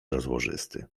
rozłożysty